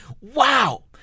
Wow